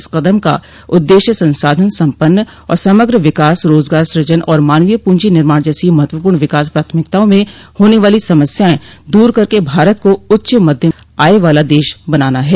इस कदम का उददेश्य संसाधन सम्पन्न और समग्र विकास रोजगार सुजन और मानवीय पूंजी निर्माण जैसी महत्वपूर्ण विकास प्राथमिकताओं में होने वाली समस्याएं दूर करके भारत को उच्च मध्यम आय वाला देश बनाना है